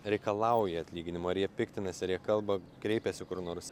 reikalauja atlyginimo ar jie piktinasi ar jie kalba kreipiasi kur nors